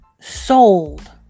sold